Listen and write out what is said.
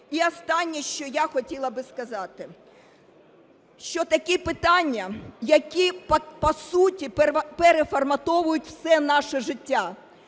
І останнє, що я хотіла би сказати. Що такі питання, які по суті переформатовують все наше життя,